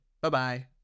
Bye-bye